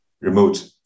remote